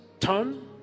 turn